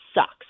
sucks